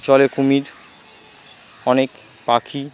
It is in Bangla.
জলে কুমির অনেক পাখি